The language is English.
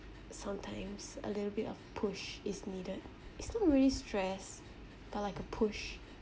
sometimes a little bit of push is needed it's not really stress but like a push